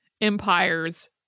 empires